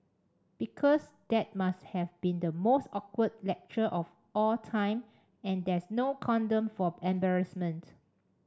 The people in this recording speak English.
because that must have been the most awkward lecture of all time and there's no condom for embarrassment